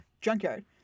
junkyard